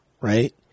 right